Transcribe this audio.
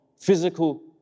physical